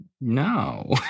No